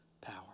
power